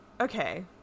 okay